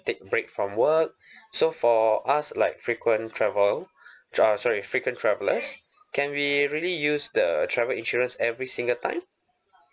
take a break from work so for us like frequent travel uh sorry frequent travelers can we really use the travel insurance every single time